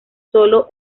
sólo